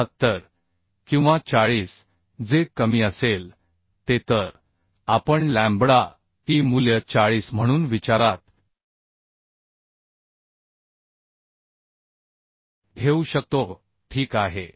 72 किंवा 40 जे कमी असेल ते तर आपण लॅम्बडा e मूल्य 40 म्हणून विचारात घेऊ शकतो ठीक आहे